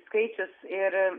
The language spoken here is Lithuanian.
skaičius ir